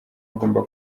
agomba